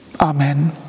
Amen